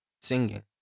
singing